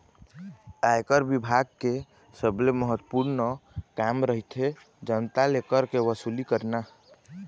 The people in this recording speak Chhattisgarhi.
आयकर बिभाग के सबले महत्वपूर्न काम रहिथे जनता ले कर के वसूली करना